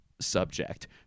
subject